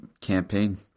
campaign